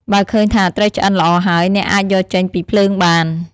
បើឃើញថាត្រីឆ្អិនល្អហើយ អ្នកអាចយកចេញពីភ្លើងបាន។